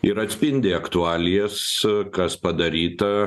ir atspindi aktualijas kas padaryta